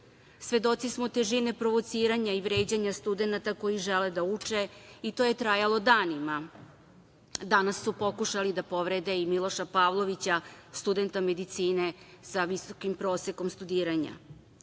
smo težine provociranja i vređanja studenata koji žele da uče i to je trajalo danima. Danas su pokušali da povrede i Miloša Pavlovića, studenta medicine sa visokim prosekom studiranja. Pokušaj